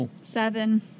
Seven